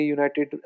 United